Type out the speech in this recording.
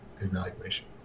evaluation